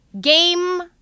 Game